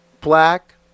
black